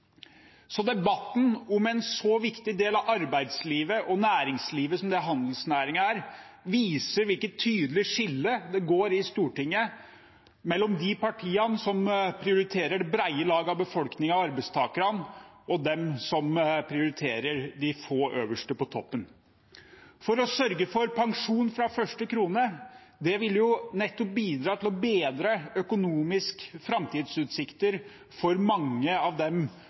så viktig del av arbeidslivet og næringslivet som handelsnæringen er, viser hvilket tydelig skille det går i Stortinget mellom de partiene som prioriterer brede lag av befolkningen og arbeidstakerne, og de som prioriterer de få øverst på toppen. Ved å sørge for pensjon fra første krone vil en bidra til å bedre de økonomiske framtidsutsiktene for mange av dem